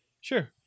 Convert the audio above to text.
Sure